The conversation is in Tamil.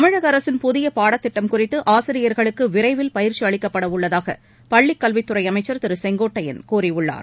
தமிழக அரசின் புதிய பாடத்திட்டம் குறித்து ஆசிரியர்களுக்கு விரைவில் பயிற்சி அளிக்கப்பட உள்ளதாக பள்ளிக்கல்வித் துறை அமைச்சர் திரு செங்கோட்டையள் கூறியுள்ளார்